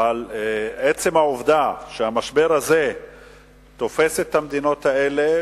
אבל עצם העובדה שהמשבר הזה תופס את המדינות האלה,